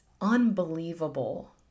unbelievable